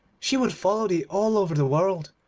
she would follow thee all over the world.